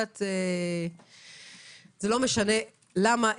זה לא משנה למה,